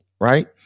right